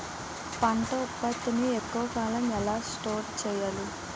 పంట ఉత్పత్తి ని ఎక్కువ కాలం ఎలా స్టోర్ చేయాలి?